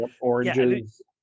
Oranges